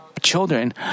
children